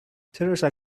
theresa